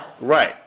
Right